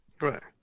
Right